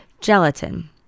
gelatin